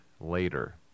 later